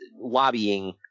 lobbying